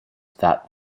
that